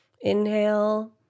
Inhale